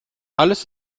alles